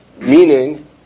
Meaning